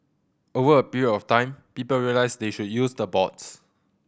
over a period of time people realise they should use the boards